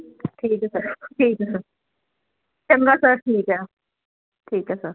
ਠੀਕ ਐ ਸਰ ਠੀਕ ਐ ਸਰ ਚੰਗਾ ਸਰ ਠੀਕ ਐ ਠੀਕ ਐ ਸਰ